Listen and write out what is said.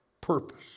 purpose